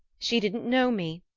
she didn't know me.